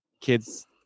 kids